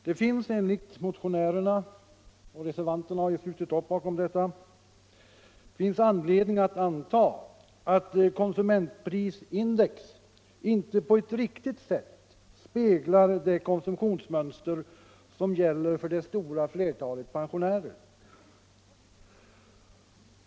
Det finns enligt motionärerna — reservanterna har slutit upp bakom dem -— anledning att anta att konsumentprisindex inte på ett riktigt sätt speglar det konsumtionsmönster som gäller för det stora flertalet pensionärer.